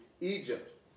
Egypt